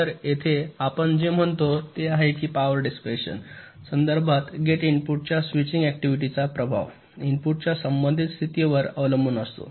तर येथे आपण जे म्हणतो ते आहे की पॉवर डिसेप्शन संदर्भात गेट इनपुटच्या स्विचिंग ऍक्टिव्हिटीचा प्रभाव इनपुटच्या संबंधित स्थितीवर अवलंबून असतो